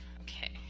Okay